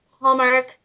Hallmark